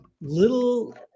little